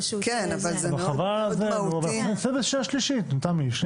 תמי, נעשה את זה בשנייה-שלישית.